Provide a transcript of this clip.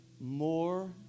more